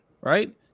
Right